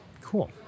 Cool